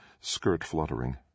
skirt-fluttering